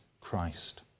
Christ